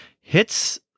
hits